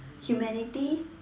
humanity